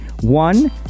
One